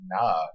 nah